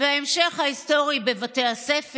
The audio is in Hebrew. וההמשך ההיסטורי בבתי הספר.